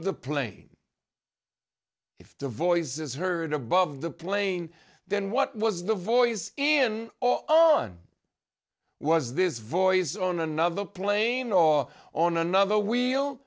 the plane if the voice is heard above the plane then what was the voice in all on was this voice on another plane or on another wheel